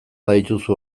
badituzu